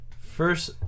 first